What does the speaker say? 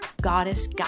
goddess